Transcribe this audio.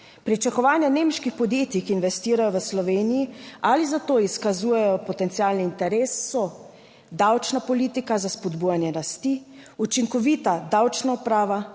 Pričakovanja nemških podjetij, ki investirajo v Sloveniji ali za to izkazujejo potencialni interes so davčna politika za spodbujanje rasti, učinkovita davčna uprava,